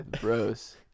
bros